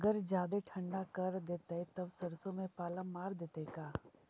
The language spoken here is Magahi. अगर जादे ठंडा कर देतै तब सरसों में पाला मार देतै का?